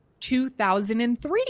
2003